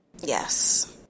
yes